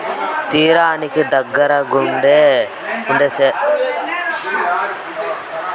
తీరానికి దూరంగా ఉండే పెలాజిక్ చేపల కోసరం పిల్లకాయలు దండిగా పోతుండారు